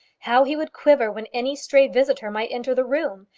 how he would quiver when any stray visitor might enter the room!